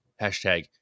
Hashtag